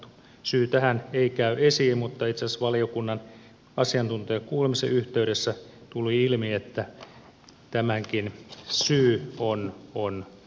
syy tähän ei käy esiin mutta itse asiassa valiokunnan asiantuntijakuulemisen yhteydessä tuli ilmi että tämänkin syy on poliittinen